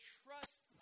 trust